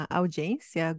audiência